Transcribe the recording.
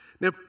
Now